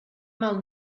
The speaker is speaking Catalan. mal